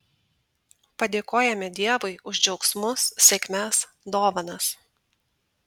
padėkojame dievui už džiaugsmus sėkmes dovanas